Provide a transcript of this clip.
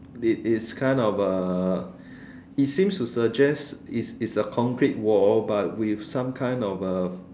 it is kind of uh it seems to suggest it's it's a concrete wall but with some kind of a